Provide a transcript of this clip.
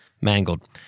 mangled